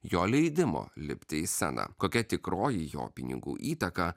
jo leidimo lipti į sceną kokia tikroji jo pinigų įtaka